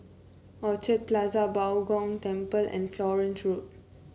Orchid Plaza Bao Gong Temple and Florence Road